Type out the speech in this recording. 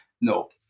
no